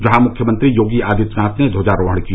जहां मुख्यमंत्री योगी आदित्यनाथ ने ध्वजारोहण किया